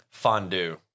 Fondue